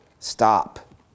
Stop